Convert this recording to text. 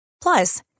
Plus